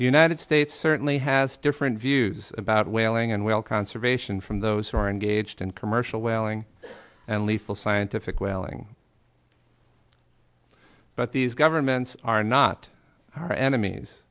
united states certainly has different views about whaling and whale conservation from those who are engaged in commercial whaling and lethal scientific whaling but these governments are not our enemies